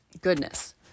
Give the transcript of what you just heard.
Goodness